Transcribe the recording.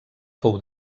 fou